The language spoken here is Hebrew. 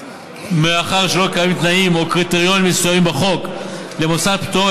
מאחר שלא קיימים תנאים או קריטריונים מסוימים בחוק למוסד פטור,